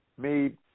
made